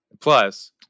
Plus